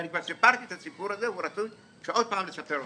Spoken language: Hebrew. ואני כבר סיפרתי את הסיפור הזה ורצוי עוד פעם לספר אותו.